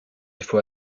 faut